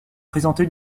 présenté